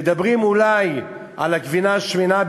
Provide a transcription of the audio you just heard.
מדברים אולי על הגבינה השמנה,